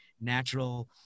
natural